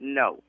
no